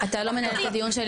אתה לא מנהל את הדיון שלי,